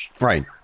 Right